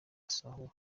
basahura